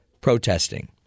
protesting